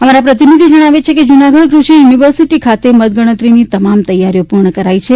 અમારા પ્રતિનિધિ જણાવે છે કે જૂનાગઢ કૃષિ યુનિવર્સિટી ખાતે મતગણતરીની તમામ તૈયારીઓ પૂર્ણ કરાઈ છે